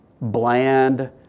Bland